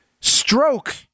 Stroke